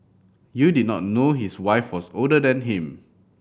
you did not know his wife was older than him